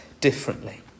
differently